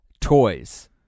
Toys